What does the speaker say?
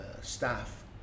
staff